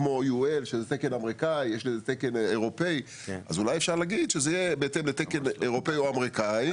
אז אולי אפשר להגיד שזה יהיה בהתאם לתקן אירופי או אמריקאי.